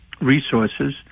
resources